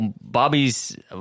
Bobby's